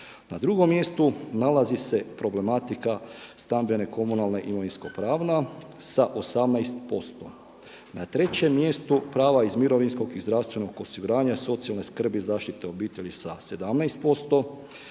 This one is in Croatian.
Na drugom mjestu nalazi se problematika stambene, komunalne, imovinsko-pravna sa 18%. Na trećem mjestu prava iz mirovinskog i zdravstvenog osiguranja, socijalne skrbi i zaštite obitelji sa 175.